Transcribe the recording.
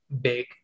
big